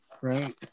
right